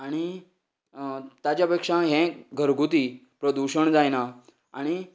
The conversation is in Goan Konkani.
आनी ताचे पेक्षा हें घरगूती प्रदुशण जायना आनी